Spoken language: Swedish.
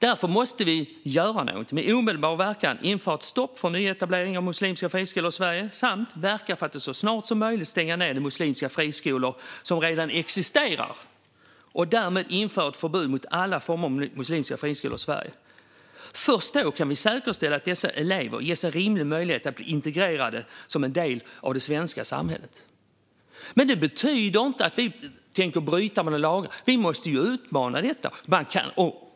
Därför måste vi göra någonting med omedelbar verkan och införa ett stopp för nyetablering av muslimska friskolor i Sverige samt verka för att man så snart som möjligt stänger ned muslimska friskolor som redan existerar och därmed införa ett förbud mot alla former av muslimska friskolor i Sverige. Först då kan vi säkerställa att dessa elever ges en rimlig möjlighet att bli integrerade som en del av det svenska samhället. Det betyder inte att vi tänker bryta mot några lagar. Vi måste ju utreda detta.